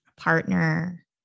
partner